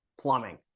plumbing